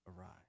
arise